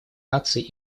наций